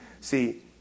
See